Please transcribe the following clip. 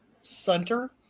center